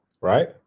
right